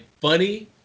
funny